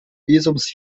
visums